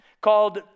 Called